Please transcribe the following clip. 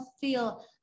feel